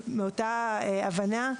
מאותה הבנה,